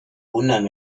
wundern